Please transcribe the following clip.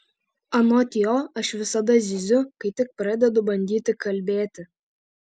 anot jo aš visada zyziu kai tik pradedu bandyti kalbėti